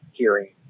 hearing